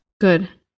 Good